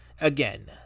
again